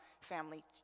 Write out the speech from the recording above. family